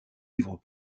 livres